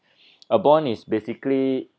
a bond is basically